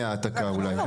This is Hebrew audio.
מהעתקה' אולי.